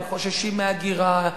הם חוששים מהגירה,